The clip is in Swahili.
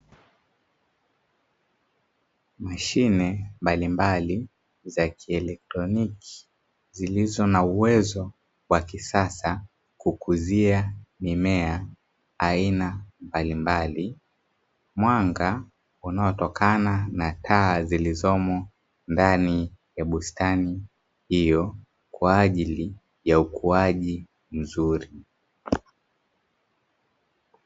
Mashine mbalimbali za kielotroniki zilizo na uwezo wa kisasa kukuzia mimea aina mbalimbali, mwanga unao tokana na taa zilizomo ndani ya bustani hiyo kwajili ya ukuaji mzuri.